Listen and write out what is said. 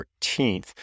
14th